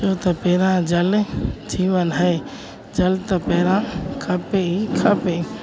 छो त पहिरां जल जीवन है जल त पहिरां खपे ई खपे